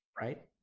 Right